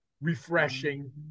refreshing